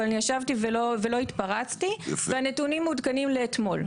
ואני ישבתי ולא התפרצתי והנתונים מעודכנים לאתמול,